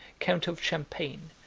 count of champagne,